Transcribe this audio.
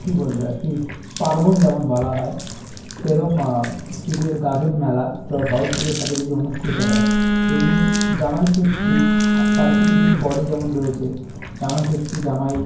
কি বলবো একটি পার্বণ যেমন বলা হয় তেরম শিবের গাজন মেলা চড়ক পুজোর সাথে যেটি অনুষ্ঠিত হয় তেমনি জামাইষষ্ঠী তার কিছুদিন পরই যেমন রয়েছে জামাইষষ্ঠী জামাই